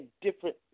different